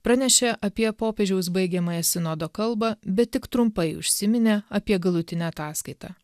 pranešė apie popiežiaus baigiamąją sinodo kalbą bet tik trumpai užsiminė apie galutinę ataskaitą